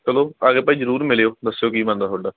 ਚਲੋ ਆ ਕੇ ਭਾਅ ਜੀ ਜ਼ਰੂਰ ਮਿਲਿਓ ਦੱਸਿਓ ਕੀ ਬਣਦਾ ਤੁਹਾਡਾ